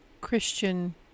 Christian